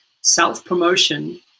self-promotion